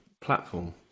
platform